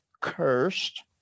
cursed